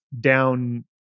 down